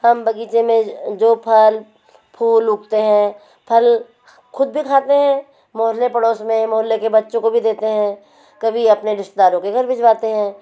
हम बगीचे में जो फल फूल उगते हैं फल खुद भी खाते हैं मोहल्ले पड़ोस में मोहल्ले के बच्चों को देते हैं कभी अपने रिश्तेदारों के घर भिजवाते हैं